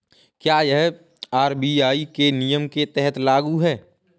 क्या यह आर.बी.आई के नियम के तहत लागू है?